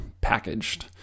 packaged